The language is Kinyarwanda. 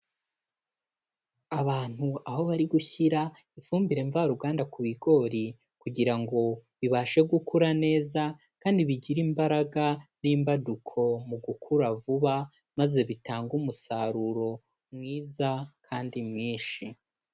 Abantu aho bari gushyira ifumbire mvaruganda ku bigori kugira ngo bibashe gukura neza, kandi bigire imbaraga n'imbaduko mu gukura vuba maze bitange umusaruro mwiza kandi mwinshi.